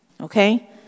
okay